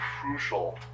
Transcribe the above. crucial